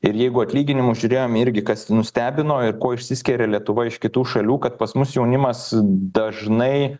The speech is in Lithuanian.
ir jeigu atlyginimus žiūrėjom irgi kas nustebino ir kuo išsiskiria lietuva iš kitų šalių kad pas mus jaunimas dažnai